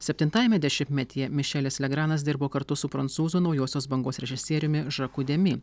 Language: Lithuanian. septintajame dešimtmetyje mišelis legranas dirbo kartu su prancūzų naujosios bangos režisieriumi žaku demi